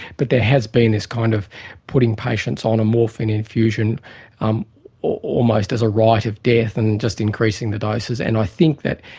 but there has been this kind of putting patients on a morphine infusion um almost as a rite of death, and just increasing the doses. and i think that